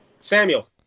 Samuel